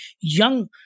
young